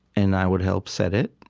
and i would help set it.